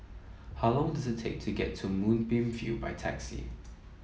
how long does it take to get to Moonbeam View by taxi